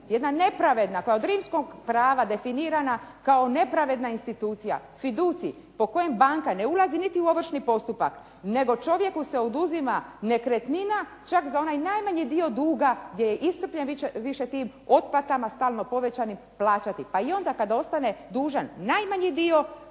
jedna nepravedna koja je od rimskog prava definirana kao nepravedna institucija, fiducij, po kojem banka ne ulazi niti u ovršni postupak, nego čovjeku se oduzima nekretnina, čak za onaj najmanji dio duga, gdje je iscrpljen više s tim otplatama stalno povećanim, plaćati. Pa i onda kada ostane dužan, najmanji dio